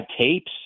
tapes